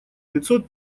пятьсот